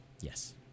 Yes